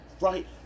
Right